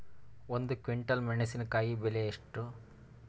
ಒಂದು ಕ್ವಿಂಟಾಲ್ ಮೆಣಸಿನಕಾಯಿ ಬೆಲೆ ಎಷ್ಟು?